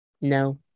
no